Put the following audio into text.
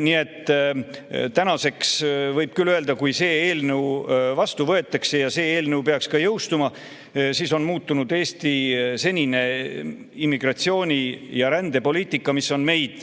Nii et täna võib küll öelda, et kui see eelnõu vastu võetakse ja see ka jõustub, siis on Eesti senine immigratsiooni- ja rändepoliitika, mis on meid